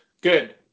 Good